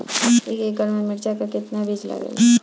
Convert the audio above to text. एक एकड़ में मिर्चा का कितना बीज लागेला?